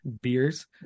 beers